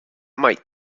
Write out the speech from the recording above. might